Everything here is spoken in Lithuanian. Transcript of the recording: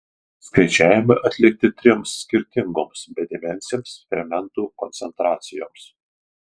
skaičiavimai atlikti trims skirtingoms bedimensėms fermentų koncentracijoms